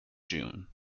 june